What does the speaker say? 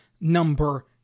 number